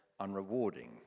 unrewarding